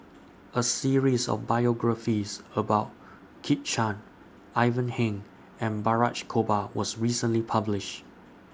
A series of biographies about Kit Chan Ivan Heng and Balraj Gopal was recently published